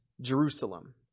Jerusalem